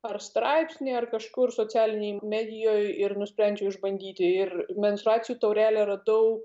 ar straipsnį ar kažkur socialinėj medijoj ir nusprendžiau išbandyti ir menstruacinių taurelę radau